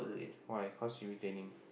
why cause you retaining